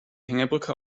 hängebrücke